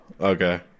Okay